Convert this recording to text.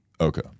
Okay